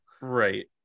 Right